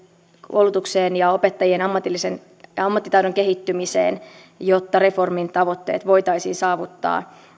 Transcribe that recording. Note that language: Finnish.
koulutukseen ja opettajien ammattitaidon kehittämiseen jotta reformin tavoitteet voitaisiin saavuttaa